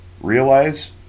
realize